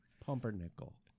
Pumpernickel